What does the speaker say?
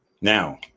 Now